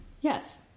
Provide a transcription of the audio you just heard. Yes